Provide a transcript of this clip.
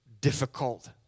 difficult